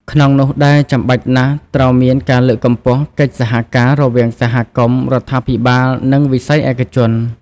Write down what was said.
ក្នុងនោះដែរ ចាំបាច់ណាស់ត្រូវមានការលើកកម្ពស់ កិច្ចសហការ រវាងសហគមន៍ រដ្ឋាភិបាល និងវិស័យឯកជន។